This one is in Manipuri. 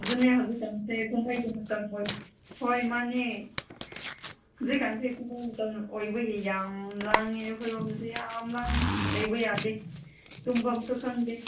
ꯑꯗꯨꯅꯦ ꯍꯧꯖꯤꯛꯀꯥꯟꯁꯦ ꯀꯨꯝꯍꯩꯒꯤ ꯃꯇꯝ ꯑꯣꯏ ꯍꯣꯏ ꯃꯥꯟꯅꯦ ꯍꯧꯖꯤꯛꯀꯥꯟꯁꯦ ꯀꯨꯝꯍꯩ ꯃꯇꯝ ꯑꯣꯏꯕꯒꯤ ꯌꯥꯝ ꯂꯥꯡꯉꯦ ꯑꯩꯈꯣꯏꯔꯣꯝꯗꯁꯨ ꯌꯥꯝ ꯂꯥꯡꯉꯦ ꯂꯩꯕ ꯌꯥꯗꯦ ꯇꯨꯝꯐꯝꯁꯨ ꯈꯪꯗꯦ